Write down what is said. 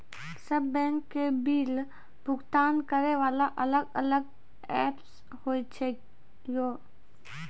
सब बैंक के बिल भुगतान करे वाला अलग अलग ऐप्स होय छै यो?